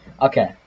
Okay